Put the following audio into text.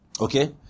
Okay